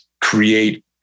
create